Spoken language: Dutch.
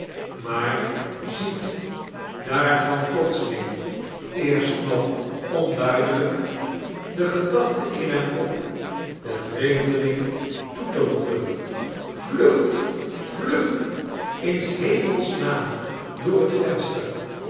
maar ziet daar kwam plotseling eerst nog onduidelijk de gedachte in hem op den vreemdeling toe te roepen vlucht vlucht in shemels naam door het verustar